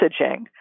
messaging